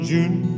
June